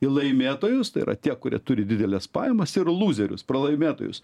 į laimėtojus tai yra tie kurie turi dideles pajamas ir lūzerius pralaimėtojus